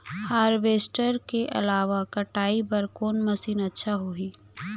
Harvester के अलावा कटाई बर कोन मशीन अच्छा होही?